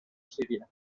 siria